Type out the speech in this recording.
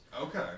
Okay